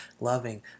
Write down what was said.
loving